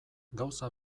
gauza